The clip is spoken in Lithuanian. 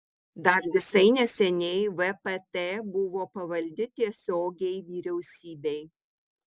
dar visai neseniai vpt buvo pavaldi tiesiogiai vyriausybei